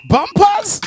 Bumpers